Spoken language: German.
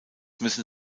müssen